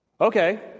Okay